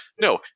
No